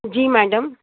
जी madam